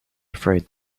afraid